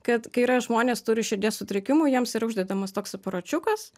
kad kai yra žmonės turi širdies sutrikimų jiems yra uždedamas toks aparačiukas